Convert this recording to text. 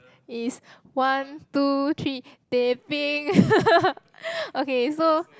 it is one two three teh peng okay so